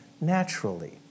naturally